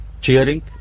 cheering